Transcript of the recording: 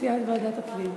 מציעה את ועדת הפנים.